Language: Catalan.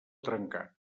trencat